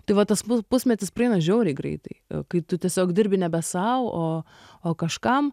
tai va tas pusmetis prieina žiauriai greitai kai tu tiesiog dirbi nebe sau o o kažkam